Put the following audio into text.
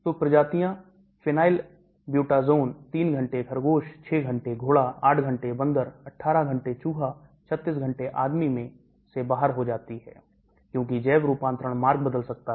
तो प्रजातियां phenylbutazone 3 घंटे खरगोश 6 घंटे घोड़ा 8 घंटे बंदर 18 घंटे चूहा 36 घंटे आदमी में से बाहर हो जाती है क्योंकि जैव रूपांतरण मार्ग बदल सकता है